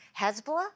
Hezbollah